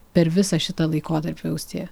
per visą šitą laikotarpį austėja